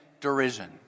derision